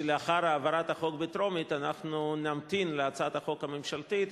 שלאחר העברת החוק בטרומית אנחנו נמתין להצעת החוק הממשלתית,